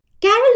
Carol